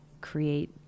create